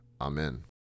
Amen